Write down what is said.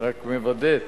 רק מוודאת